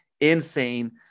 insane